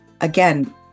Again